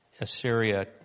Assyria